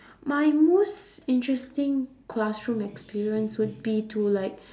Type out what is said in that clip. my most interesting classroom experience would be to like